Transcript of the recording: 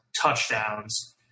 touchdowns